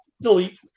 delete